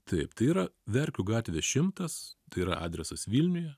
taip tai yra verkių gatvė šimtas tai yra adresas vilniuje